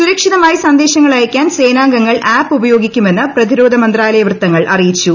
സുരക്ഷിതമായി സന്ദേശങ്ങൾ അയ്യയ്ക്കാൻ സേനാംഗങ്ങൾ ആപ്പ് ഉപയോഗിക്കുമെന്ന് പ്രതിരോധ മന്ത്രല്ലൂട്യവ്യത്തങ്ങൾ അറിയിച്ചു